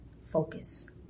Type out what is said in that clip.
focus